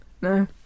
No